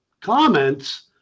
comments